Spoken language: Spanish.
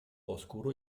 oscuro